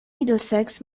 middlesex